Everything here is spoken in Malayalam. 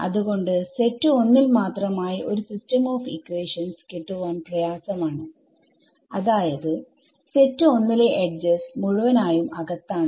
അതുകൊണ്ട് സെറ്റ് 1ൽ മാത്രമായി ഒരു സിസ്റ്റം ഓഫ് ഇക്വേഷൻസ് കിട്ടുവാൻ പ്രയാസമാണ് അതായത് സെറ്റ് 1 ലെ എഡ്ജസ് മുഴുവനായും അകത്താണ്